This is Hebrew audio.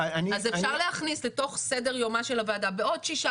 אז אפשר להכניס לתוך סדר יומה של הוועדה בעוד שישה